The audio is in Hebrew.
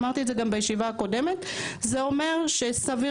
אמרתי גם בישיבה הקודמת שזה אומר שסביר